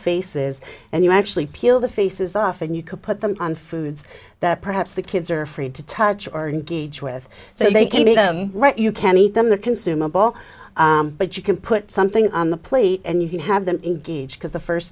faces and you actually peel the faces off and you could put them on foods that perhaps the kids are afraid to touch or engage with so they can make them right you can eat them the consumable but you can put something on the plate and you can have them engage because the first